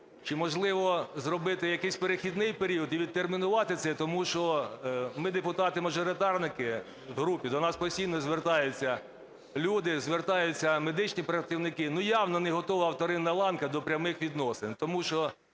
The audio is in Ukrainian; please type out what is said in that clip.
Чи можливо зробити якийсь перехідний період і відтермінувати це? Тому що ми, депутати-мажоритарники в групі, до нас постійно звертаються люди, звертаються медичні працівники. Ну, явно неготова вторинна ланка до прямих відносин,